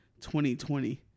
2020